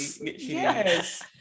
Yes